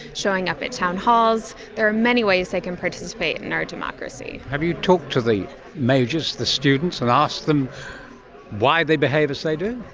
showing up at town halls. there are many ways they can participate in our democracy. have you talked to the majors, the students, and asked them why they behave as they do?